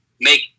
make